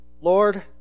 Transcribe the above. Lord